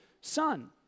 son